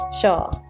Sure